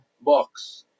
box